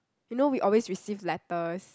you know we always receive letters